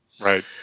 Right